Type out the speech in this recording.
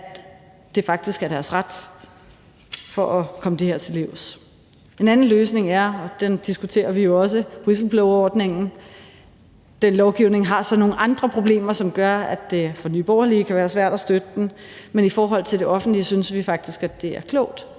at det faktisk er deres ret, for at komme det her til livs. En anden løsning er, og den diskuterer vi jo også, whistleblowerordningen. Den lovgivning har så nogle andre problemer, som gør, at det for Nye Borgerlige kan være svært at støtte den, men i forhold til det offentlige synes vi faktisk, at det er klogt